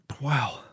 wow